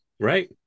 Right